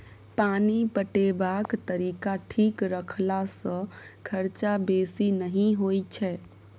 पानि पटेबाक तरीका ठीक रखला सँ खरचा बेसी नहि होई छै